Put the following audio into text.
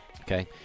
Okay